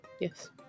Yes